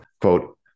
quote